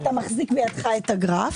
אתה מחזיק בידך את הגרף